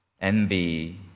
envy